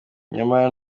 nyamara